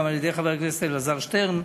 גם על-ידי חבר הכנסת אלעזר שטרן,